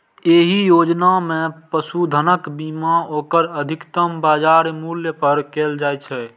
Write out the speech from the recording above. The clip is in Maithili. एहि योजना मे पशुधनक बीमा ओकर अधिकतम बाजार मूल्य पर कैल जाइ छै